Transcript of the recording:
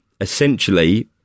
Essentially